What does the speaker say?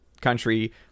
country